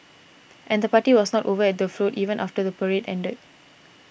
and the party was not over at the Float even after the Parade ended